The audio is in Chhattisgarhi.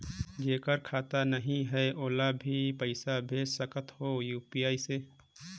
जेकर खाता नहीं है ओला भी पइसा भेज सकत हो यू.पी.आई से?